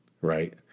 right